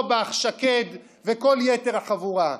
אורבך, שקד וכל יתר החבורה,